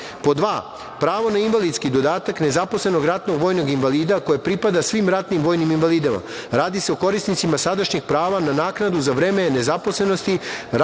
pravo na invalidski dodatak, nezaposlenog ratnog vojnog invalida, koje pripada svim ratnim vojnim invalidima, a radi se o korisnicima sadašnjeg prava na naknadu, za vreme nezaposlenosti,